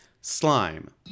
slime